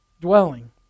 dwelling